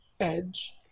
edge